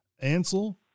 Ansel